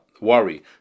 Worry